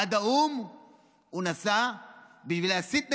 עד האו"ם הוא נסע בשביל להסית נגדה,